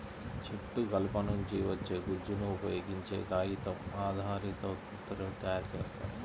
చెట్టు కలప నుంచి వచ్చే గుజ్జును ఉపయోగించే కాగితం ఆధారిత ఉత్పత్తులను తయారు చేస్తారు